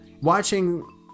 watching